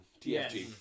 TFG